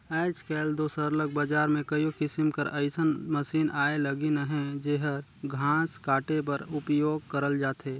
आएज काएल दो सरलग बजार में कइयो किसिम कर अइसन मसीन आए लगिन अहें जेहर घांस काटे बर उपियोग करल जाथे